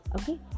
okay